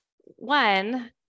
one